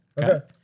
Okay